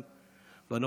גם בנוכחית,